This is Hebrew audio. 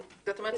זאת אומרת,